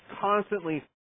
constantly